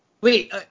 Wait